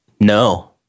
No